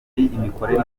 imikorere